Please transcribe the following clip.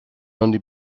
only